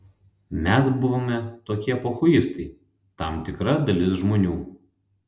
mes buvome tokie pochuistai tam tikra dalis žmonių